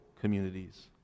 communities